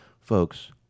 folks